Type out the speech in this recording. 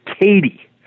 Katie